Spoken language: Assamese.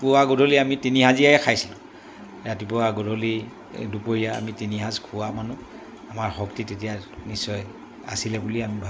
পুৱা গধূলি আমি তিনি সাঁজেই খাইছিলোঁ ৰাতিপুৱা গধূলি দুপৰীয়া আমি তিনিসাঁজ খোৱা মানুহ আমাৰ শক্তি তেতিয়া নিশ্চয় আছিলে বুলি আমি ভাবোঁ